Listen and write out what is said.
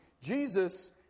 Jesus